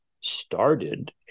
started